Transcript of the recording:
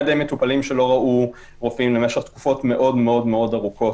ידי מטופלים שלא ראו רופאים במשך תקופות מאוד מאוד ארוכות,